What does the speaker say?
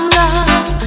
love